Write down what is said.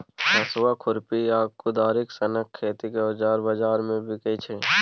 हाँसु, खुरपी आ कोदारि सनक खेतीक औजार बजार मे बिकाइ छै